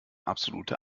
absolute